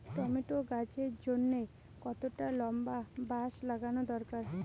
Tomato গাছের জন্যে কতটা লম্বা বাস লাগানো দরকার?